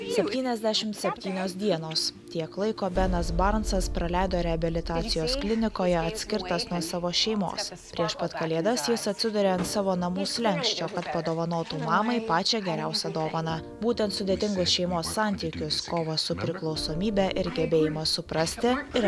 septyniasdešimt septynios dienos tiek laiko benas barancas praleido reabilitacijos klinikoje atskirtas nuo savo šeimos prieš pat kalėdas jis atsiduria ant savo namų slenksčio kad padovanotų mamai pačią geriausią dovaną būtent sudėtingus šeimos santykius kovos su priklausomybe ir gebėjimą suprasti ir